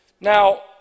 Now